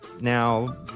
now